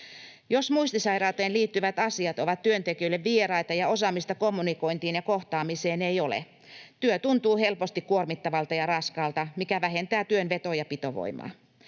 Jos muistisairauteen liittyvät asiat ovat työntekijöille vieraita ja osaamista kommunikointiin ja kohtaamiseen ei ole, työ tuntuu helposti kuormittavalta ja raskaalta, mikä vähentää työn veto- ja pitovoimaa.